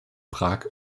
prag